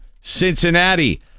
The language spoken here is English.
Cincinnati